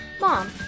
Mom